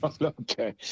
okay